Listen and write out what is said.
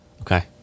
Okay